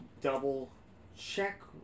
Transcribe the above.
double-check